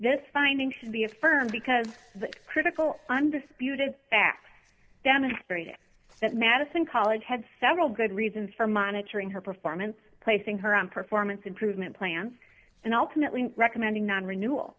this finding should be affirmed because the critical undisputed facts demonstrated that madison college had several good reasons for monitoring her performance placing her on performance improvement plans and ultimately recommending non renewa